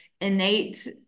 innate